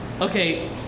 okay